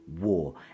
war